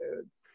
foods